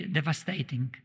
devastating